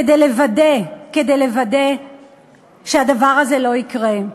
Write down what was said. כדי לוודא שהדבר הזה לא יקרה.